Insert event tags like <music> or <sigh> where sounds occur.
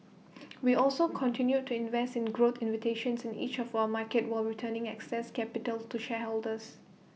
<noise> we also continued to invest in growth invitations in each of our markets where returning excess capital to shareholders